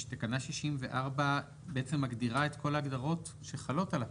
תקנה 64 מגדירה את כל ההגדרות שחלות על הפרק.